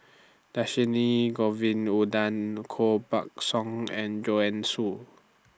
Dhershini Govin Winodan Koh Buck Song and Joanne Soo